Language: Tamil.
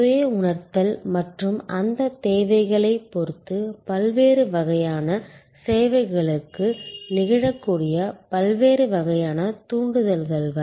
சுய உணர்தல் மற்றும் அந்தத் தேவைகளைப் பொறுத்து பல்வேறு வகையான சேவைகளுக்கு நிகழக்கூடிய பல்வேறு வகையான தூண்டுதல்கள் வரை